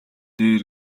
дээр